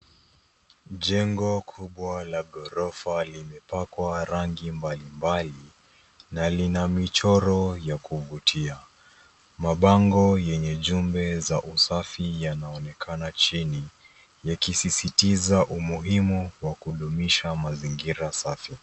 Jengo kubwa la ghorofa limepakwa rangi mbalimbali na lina michoro ya kuvutia. Mabango yenye ujumbe za usafi yanaonekana chini yakisisitiza umuhimu wa kudumisha mazingira safi.